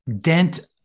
dent